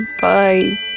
Bye